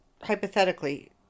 hypothetically